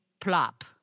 plop